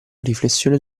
riflessione